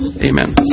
Amen